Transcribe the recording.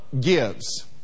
gives